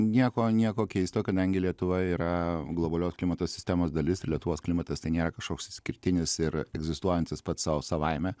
nieko nieko keisto kadangi lietuva yra globalios klimato sistemos dalis ir lietuvos klimatas tai nėra kažkoks išskirtinis ir egzistuojantis pats sau savaime